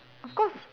of course